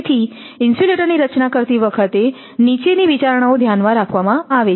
તેથી ઇન્સ્યુલેટરની રચના કરતી વખતે નીચેની વિચારણાઓ ધ્યાન રાખવામાં આવે છે